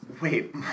Wait